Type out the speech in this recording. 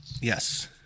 Yes